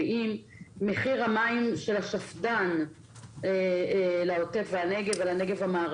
מחיר המים של השפד"ן לעוטף ולנגב (המשרד לא